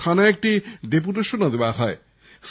থানায় একটি ডেপুটেশনও দেওয়া হয়